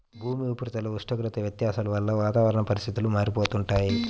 భూమి ఉపరితల ఉష్ణోగ్రత వ్యత్యాసాల వలన వాతావరణ పరిస్థితులు మారిపోతుంటాయి